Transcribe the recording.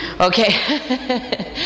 Okay